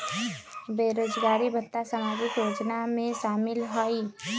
बेरोजगारी भत्ता सामाजिक योजना में शामिल ह ई?